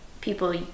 people